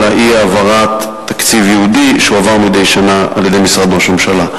אלא מאי-העברת תקציב ייעודי שהועבר מדי שנה על-ידי משרד ראש הממשלה.